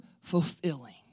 fulfilling